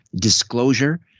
Disclosure